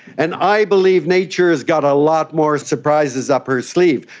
and i believe nature has got a lot more surprises up her sleeve.